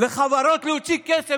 לחברות להוציא כסף,